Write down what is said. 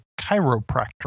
chiropractor